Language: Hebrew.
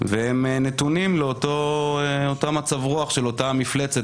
והם נתונים לאותו מצב רוח של אותה מפלצת,